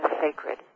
sacred